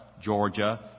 Georgia